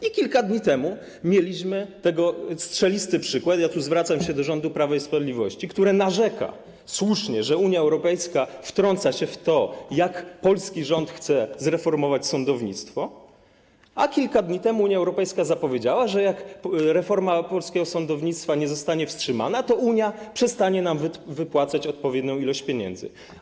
I kilka dni temu mieliśmy tego strzelisty przykład - zwracam się tu do rządu Prawa i Sprawiedliwości, które narzeka, słusznie, że Unia Europejska wtrąca się w to, jak polski rząd chce zreformować sądownictwo, a kilka dni temu Unia Europejska zapowiedziała, że jak reforma polskiego sądownictwa nie zostanie wstrzymana, to Unia przestanie nam wypłacać odpowiednią ilość pieniędzy.